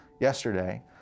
yesterday